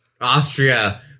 Austria